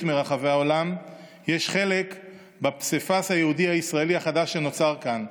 מרחבי העולם יש חלק בפסיפס היהודי הישראלי החדש שנוצר כאן.